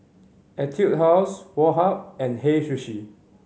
Etude House Woh Hup and Hei Sushi